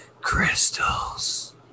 Crystals